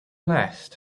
nest